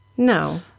No